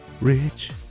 Rich